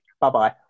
Bye-bye